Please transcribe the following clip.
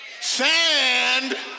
Sand